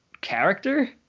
character